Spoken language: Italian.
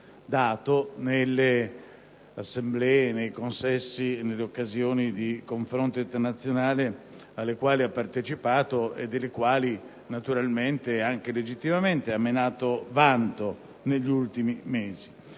dato nelle assemblee, nei consessi, nelle occasioni di confronto internazionale alle quali ha partecipato e delle quali, naturalmente e legittimamente, si è vantato negli ultimi mesi.